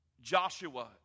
Joshua